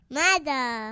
mother